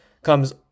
comes